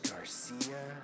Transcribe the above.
Garcia